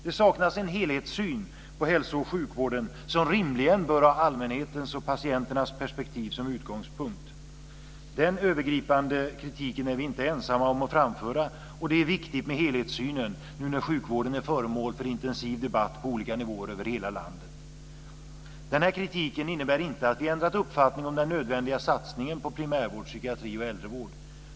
Det saknas en helhetssyn på hälso och sjukvården, som rimligen bör ha allmänhetens och patienternas perspektiv som utgångspunkt. Den övergripande kritiken är vi inte ensamma om att framföra, och det är viktigt med helhetssynen nu när sjukvården är föremål för intensiv debatt på olika nivåer över hela landet. Denna kritik innebär inte att vi ändrat uppfattning om den nödvändiga satsningen på primärvård, psykiatri och äldrevård.